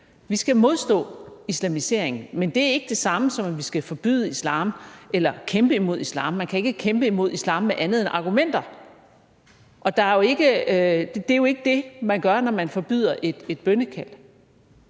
Vi skal modstå islamiseringen, men det er ikke det samme, som at vi skal forbyde islam eller kæmpe imod islam. Man kan ikke kæmpe imod islam med andet end argumenter, og det er jo ikke det, man gør, når man forbyder et bønnekald.